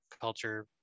culture